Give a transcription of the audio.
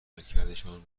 عملکردشان